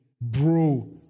bro